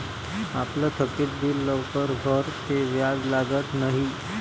आपलं थकीत बिल लवकर भरं ते व्याज लागत न्हयी